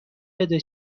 بده